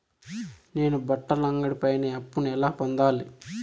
నేను బట్టల అంగడి పైన అప్పును ఎలా పొందాలి?